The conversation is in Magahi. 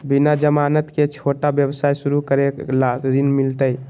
बिना जमानत के, छोटा व्यवसाय शुरू करे ला ऋण मिलतई?